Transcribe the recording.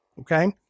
Okay